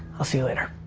i'll see you later.